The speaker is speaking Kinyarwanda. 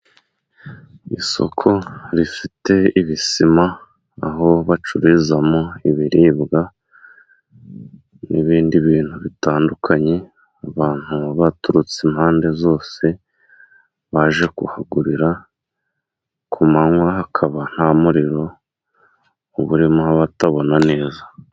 Isoko rifite ibisima aho bacururizamo ibiribwa n'ibindi bintu bitandukanye， abantu baturutse impande zose baje kuhagurira， ku manywa hakaba nta muririro uba urimo hatabona neza.